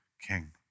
king